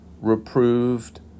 reproved